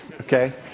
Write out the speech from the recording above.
Okay